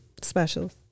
specials